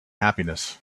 happiness